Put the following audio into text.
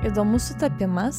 įdomus sutapimas